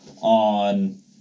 on